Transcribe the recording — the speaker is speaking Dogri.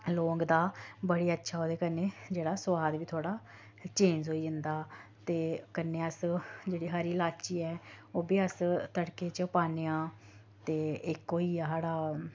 लौंग दा बड़ी अच्छा ओह्दे कन्नै जेह्ड़ा सोआद बी थोह्ड़ा चेंज होई जंदा ते कन्नै अस जेह्ड़ी हरी लाची ऐ ओह् बी अस तड़के च पान्ने आं ते इक होई गेआ साढ़ा